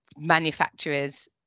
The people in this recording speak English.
Manufacturers